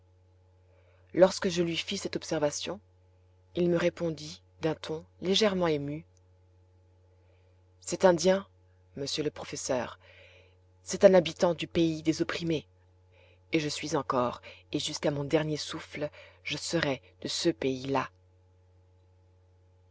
lorsque je lui fis cette observation il me répondit d'un ton légèrement ému cet indien monsieur le professeur c'est un habitant du pays des opprimés et je suis encore et jusqu'à mon dernier souffle je serai de ce pays-là